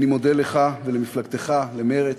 אני מודה לך ולמפלגתך ולמרצ.